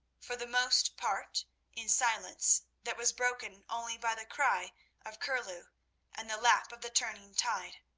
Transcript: for the most part in silence that was broken only by the cry of curlew and the lap of the turning tide.